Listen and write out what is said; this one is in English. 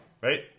right